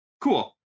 Cool